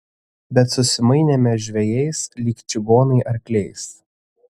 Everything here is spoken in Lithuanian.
bet susimainėme žvejais lyg čigonai arkliais